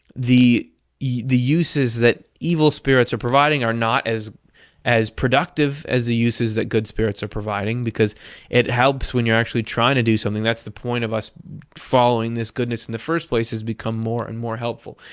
the yeah the uses that evil spirits are providing are not as as productive as the uses that good spirits are providing because it helps when you're actually trying to do something. that's the point of us following this goodness in the first place is to become more and more helpful.